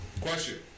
Question